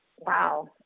Wow